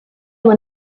were